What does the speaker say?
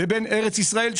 לבין ארץ ישראל,